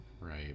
right